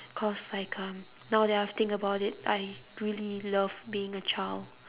cause like um now that I've think about it I really love being a child